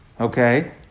Okay